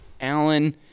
Alan